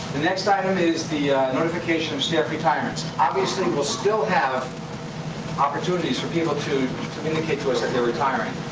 next item is the notification of staff retirements. obviously, we'll still have opportunities for people to communicate to us that they're retiring.